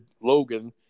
Logan